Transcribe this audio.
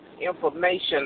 information